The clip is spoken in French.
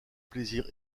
plaisir